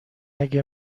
اگه